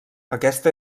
aquesta